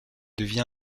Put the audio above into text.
devient